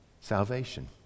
salvation